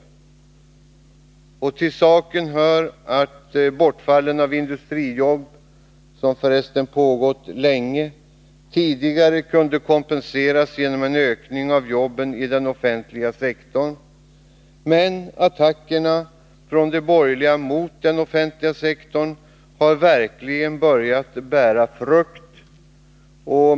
Till saken hör att bortfallen av industrijobb, som för resten pågått länge, tidigare kunnat kompenseras genom en ökning av jobben i den offentliga | sektorn. Men attackerna från de borgerliga mot den offentliga sektorn har nu verkligen börjat bära frukt.